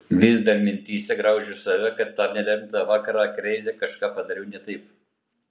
vis dar mintyse graužiu save kad tą nelemtą vakarą kreize kažką padariau ne taip